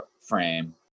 frame